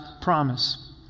promise